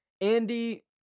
Andy